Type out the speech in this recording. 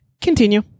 Continue